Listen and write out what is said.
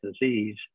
disease